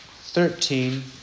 thirteen